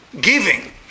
giving